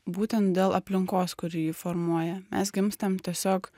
būtent dėl aplinkos kuri jį formuoja mes gimstam tiesiog